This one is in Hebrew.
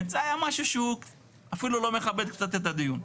זה היה משהו שהוא אפילו לא מכבד קצת את הדיון.